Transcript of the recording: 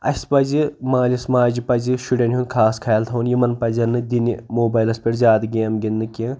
اَسہِ پَزِ مٲلِس ماجہِ پَزِ شُرٮ۪ن ہُنٛد خاص خیال تھاوُن یِمَن پَزن نہٕ دِنہِ موبایلَس پٮ۪ٹھ زیادٕ گیم گِنٛدنہٕ کینٛہہ